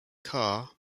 carr